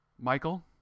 Michael